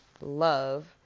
Love